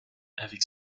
avec